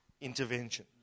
intervention